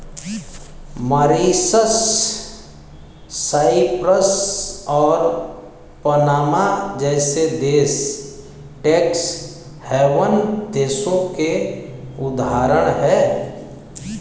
Mauritius, Cyprus और Panama जैसे देश टैक्स हैवन देशों के उदाहरण है